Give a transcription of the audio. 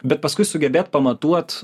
bet paskui sugebėt pamatuot